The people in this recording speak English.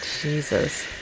Jesus